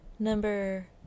Number